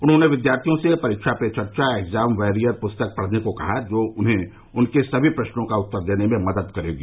उन्होंने विद्यार्थियों से परीक्षा पे चर्चा एक्जाम वारियर पुस्तक पढ़ने को कहा जो उन्हें उनके सभी प्रश्नों का उत्तर देने में मदद करेगी